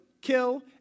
kill